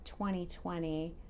2020